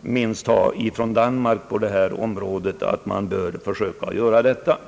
minst från Danmark bör man väl försöka göra detta.